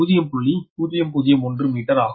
001 metre ஆகும்